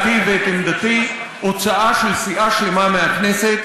את דעתי ואת עמדתי: הוצאה של סיעה שלמה מהכנסת